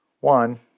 One